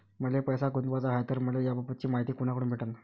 मले पैसा गुंतवाचा हाय तर मले याबाबतीची मायती कुनाकडून भेटन?